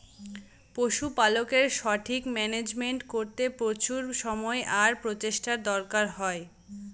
পশুপালকের সঠিক মান্যাজমেন্ট করতে প্রচুর সময় আর প্রচেষ্টার দরকার হয়